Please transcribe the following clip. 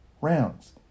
rounds